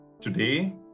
Today